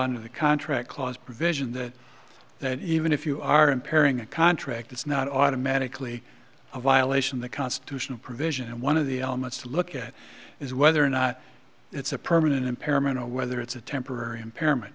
under the contract clause provision that that even if you are impairing a contract it's not automatically a violation the constitutional provision and one of the elements to look at is whether or not it's a permanent impairment or whether it's a temporary impairment